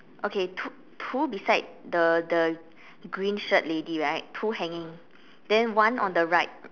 okay two two beside the the green shirt lady right two hanging then one on the right